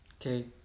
Okay